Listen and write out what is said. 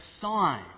sign